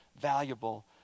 valuable